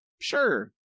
sure